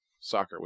soccer